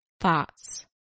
thoughts